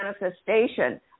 manifestation